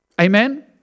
Amen